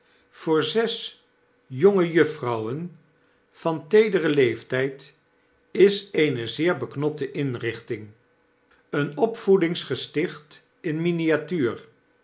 voor zes jongejuffrouwen van teederen leeftijd is eene zeer beknopte inrichting een opvoedingsgesticht in miniatuur